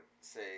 say